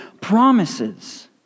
promises